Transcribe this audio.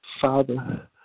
Father